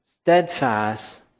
Steadfast